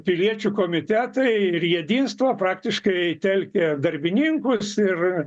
piliečių komitetai ir jedinstvo praktiškai telkė darbininkus ir